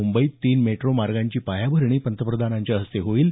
मुंबईत तीन मेट्रो मार्गांची पायाभरणी पंतप्रधानांच्या हस्ते होणार आहे